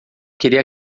queria